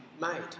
made